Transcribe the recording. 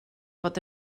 bod